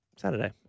Saturday